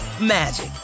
magic